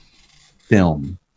film